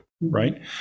right